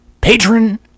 patron